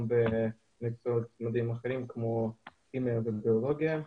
גם במקצועות אחרים כמו כימיה וביולוגיה.